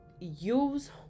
use